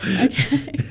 Okay